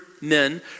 men